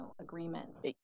agreements